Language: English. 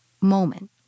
moment